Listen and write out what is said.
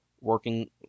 working